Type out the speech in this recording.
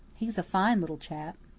he's a fine little chap.